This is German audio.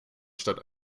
statt